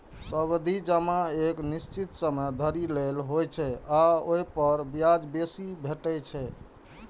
सावधि जमा एक निश्चित समय धरि लेल होइ छै आ ओइ पर ब्याज बेसी भेटै छै